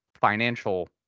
financial